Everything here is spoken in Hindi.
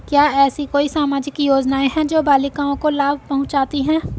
क्या ऐसी कोई सामाजिक योजनाएँ हैं जो बालिकाओं को लाभ पहुँचाती हैं?